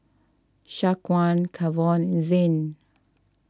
Shaquan Kavon and Zain